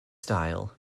style